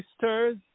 sisters